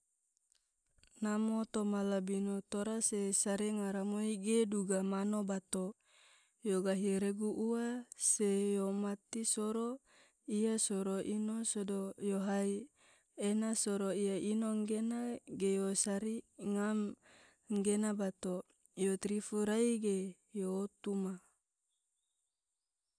namo toma labino tora se sari ngaramoi ge duga mano bato, yo gahi regu ua se yo mati soro iya soro ino sodo yo hai, ena soro iya ino ngena ge yo sari ngam gena bato, yo trifu rai ge yo otu ma.